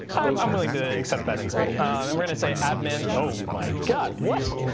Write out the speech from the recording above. um i'm willing to accept that insult. and we're going to say admin. oh my god, what?